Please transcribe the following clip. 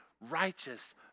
righteous